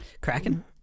Cracking